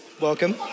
welcome